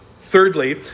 thirdly